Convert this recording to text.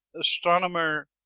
astronomer